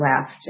left